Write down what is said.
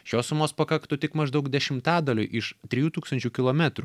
šios sumos pakaktų tik maždaug dešimtadaliui iš trijų tūkstančių kilometrų